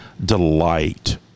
Delight